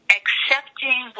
accepting